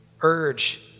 urge